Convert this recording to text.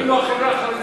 אם לא החברה החרדית.